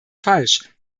falsch